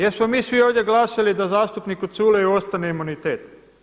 Jesmo mi svi ovdje glasali da zastupniku Culeju ostane imunitet?